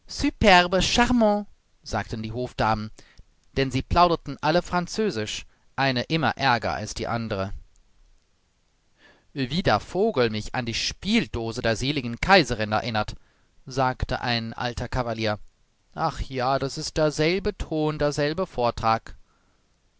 charmant sagten die hofdamen denn sie plauderten alle französisch eine immer ärger als die andere wie der vogel mich an die spieldose der seligen kaiserin erinnert sagte ein alter kavalier ach ja das ist derselbe ton derselbe vortrag